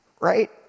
right